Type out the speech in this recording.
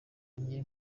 nke